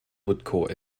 woodcourt